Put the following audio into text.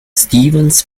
stevens